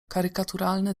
karykaturalne